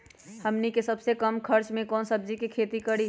हमनी के सबसे कम खर्च में कौन से सब्जी के खेती करी?